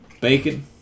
bacon